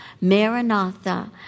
Maranatha